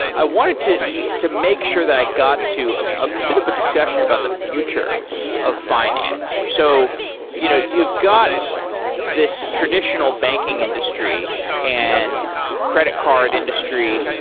i wanted to to make sure that i got to a bit of a discussion about the future of finance. so you know you've got this traditional banking industry and credit card industry.